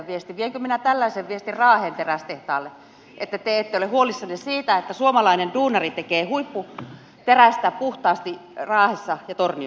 vienkö minä tällaisen viestin raahen terästehtaalle että te ette ole huolissanne siitä että suomalainen duunari tekee huipputerästä puhtaasti raahessa ja torniossa